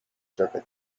jockey